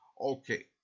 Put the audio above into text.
Okay